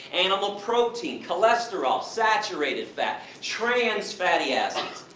animal protein, cholesterol, saturated fat, trans-fatty acids,